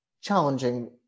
challenging